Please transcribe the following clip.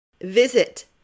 Visit